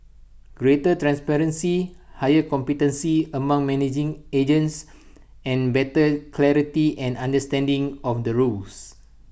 greater transparency higher competency among managing agents and better clarity and understanding of the rules